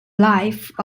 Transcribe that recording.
life